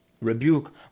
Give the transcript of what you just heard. rebuke